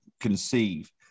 conceive